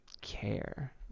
care